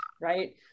right